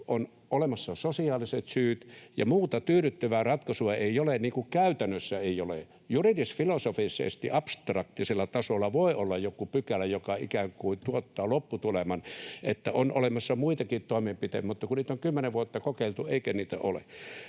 on olemassa sosiaaliset syyt ja muuta tyydyttävää ratkaisua ei ole, niin kuin käytännössä ei ole — juridisfilosofisesti abstraktisella tasolla voi olla joku pykälä, joka ikään kuin tuottaa lopputuleman, että on olemassa muitakin toimenpiteitä — mutta kun niitä on kymmenen vuotta kokeiltu, eikä niitä ole.